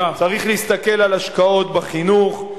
צריך להסתכל על השקעות בחינוך,